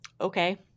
Okay